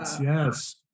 yes